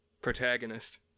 protagonist